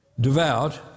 devout